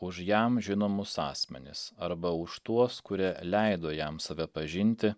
už jam žinomus asmenis arba už tuos kurie leido jam save pažinti